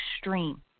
extreme